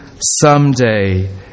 someday